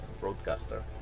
broadcaster